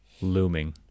looming